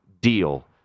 deal